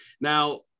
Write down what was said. Now